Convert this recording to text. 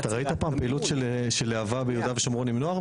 אתה ראית פעם פעילות של להב"ה ביהודה ושומרון עם נוער?